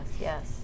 Yes